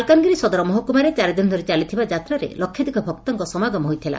ମାଲକାନଗିରି ସଦର ମହକୁମାରେ ଚାରିଦିନ ଧରି ଚାଲିଥିବା ଯାତ୍ରାରେ ଲକ୍ଷାଧିକ ଭକ୍ତଙ୍କ ସମାଗମ ହୋଇଥିଲା